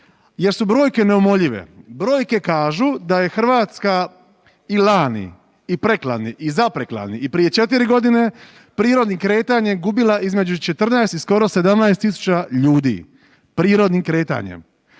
jer su brojke neumoljive, brojke kažu da je Hrvatska i lani i preklani i zapreklani i prije 4 godine prirodnim kretanjem gubila između 14 i skoro 17.000 ljudi, prirodnim kretanjem.